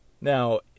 Now